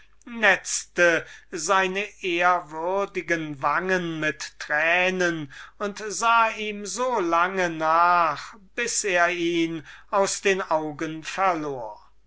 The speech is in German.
netzte seine ehrwürdigen wangen mit tränen und sah ihm so lange nach bis er ihn aus den augen verlor